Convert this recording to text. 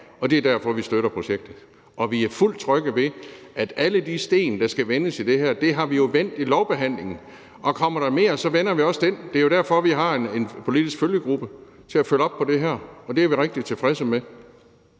og det er derfor, vi støtter projektet. Og vi er fuldt ud trygge ved, at alle de sten, der skal vendes i det her, har vi vendt i lovbehandlingen, og kommer der mere, vender vi også det. Det er jo derfor, vi har en politisk følgegruppe til at følge op på det her, og det er vi rigtig tilfredse med.